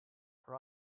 her